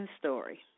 story